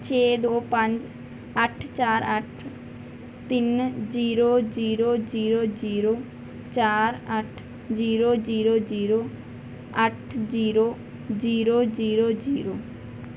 ਛੇ ਦੋ ਪੰਜ ਅੱਠ ਚਾਰ ਅੱਠ ਤਿੰਨ ਜੀਰੋ ਜੀਰੋ ਜੀਰੋ ਜੀਰੋ ਚਾਰ ਅੱਠ ਜੀਰੋ ਜੀਰੋ ਜੀਰੋ ਅੱਠ ਜੀਰੋ ਜੀਰੋ ਜੀਰੋ ਜੀਰੋ